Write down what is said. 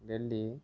Delhi